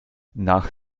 nach